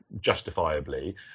justifiably